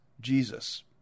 Jesus